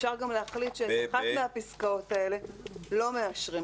אפשר גם להחליט שאת אחת מהפסקאות האלה לא מאשרים,